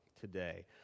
today